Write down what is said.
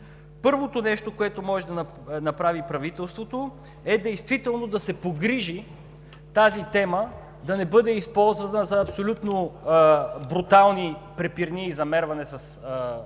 Първото нещо, което може да направи правителството, е действително да се погрижи тази тема да не бъде използвана за абсолютно брутални препирни и замерване с обвинения.